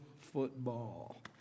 football